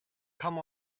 come